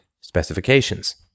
specifications